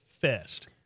fest